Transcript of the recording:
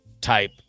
type